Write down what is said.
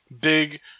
big